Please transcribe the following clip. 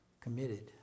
committed